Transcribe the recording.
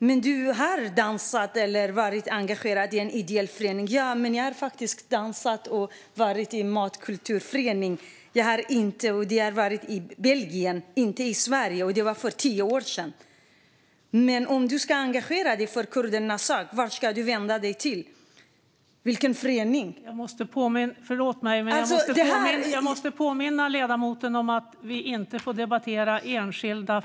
Men du har dansat eller varit engagerad i en ideell förening? - Ja, jag har dansat och varit med i en matkulturförening, men det var i Belgien, inte i Sverige, och det var för tio år sedan. - Men om du ska engagera dig för kurdernas sak, vilken förening ska du vända dig till?